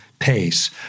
pace